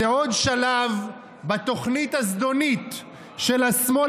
זה עוד שלב בתוכנית הזדונית של השמאל